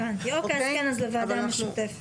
הבנתי, אוקיי אז כן, אז לוועדה המשותפת.